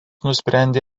nusprendė